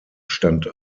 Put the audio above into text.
stand